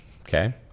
Okay